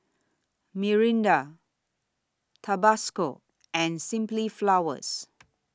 Mirinda Tabasco and Simply Flowers